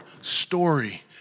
story